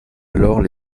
alors